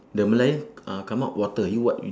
the merlion uh come out water you what y~